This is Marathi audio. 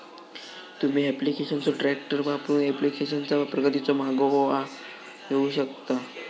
तुम्ही ऍप्लिकेशनचो ट्रॅकर वापरून ऍप्लिकेशनचा प्रगतीचो मागोवा घेऊ शकता